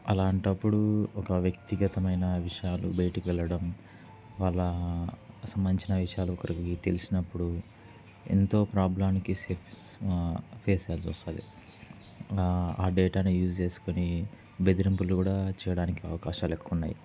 అలాంటప్పుడు ఒక వ్యక్తిగతమైన విషయాలు బయటికి వెళ్ళడం వాళ్ళకి సంబంధించిన విషయాలు ఒకరికి తెలిసినప్పుడు ఎంతో ప్రోబ్లెంస్కి సేఫ ఫేస్ చెయ్యాల్సి వస్తుంది ఆ డేటాను యూస్ చేసుకుని బెదిరింపులు కూడా చేయడానికి అవకాశాలు ఎక్కువ ఉన్నాయి